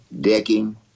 Decking